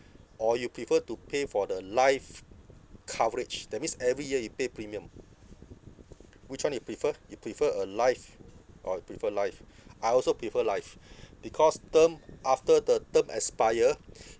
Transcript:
or you prefer to pay for the life coverage that means every year you pay premium which one you prefer you prefer a life orh you prefer life I also prefer life because term after the term expire